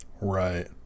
Right